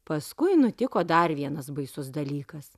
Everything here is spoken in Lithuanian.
paskui nutiko dar vienas baisus dalykas